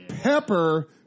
Pepper